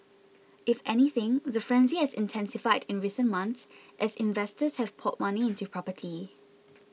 if anything the frenzy has intensified in recent months as investors have poured money into property